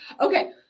Okay